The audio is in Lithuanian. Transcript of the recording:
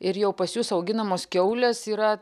ir jau pas jus auginamos kiaulės yra